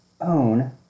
own